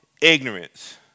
ignorance